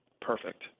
perfect